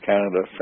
Canada